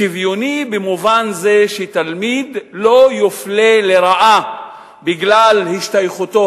שוויוני במובן זה שתלמיד לא יופלה לרעה בגלל השתייכותו